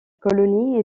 colonie